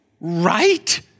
right